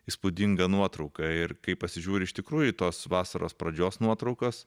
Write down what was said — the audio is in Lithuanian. įspūdinga nuotrauka ir kai pasižiūri iš tikrųjų tos vasaros pradžios nuotraukas